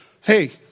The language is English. Hey